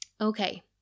okay